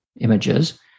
images